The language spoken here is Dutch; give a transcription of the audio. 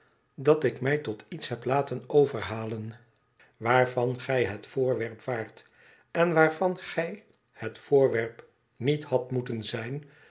dat ik mij tot iets heb laten overhalen waarvan gij het voorwerp waart en waarvan gij het voorwerp niet hadt moeten zijn